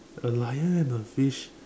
a lion and a fish